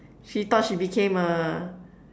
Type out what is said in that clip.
she thought she became a